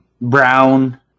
Brown